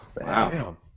Wow